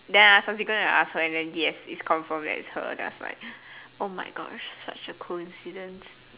then I actually go and ask her and then yes it's confirmed that it's her then I was like oh my gosh such a coincidence